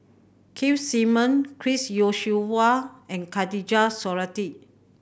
Keith Simmon Chris Yeo Siew Hua and Khatijah Surattee